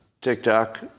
TikTok